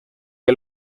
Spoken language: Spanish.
que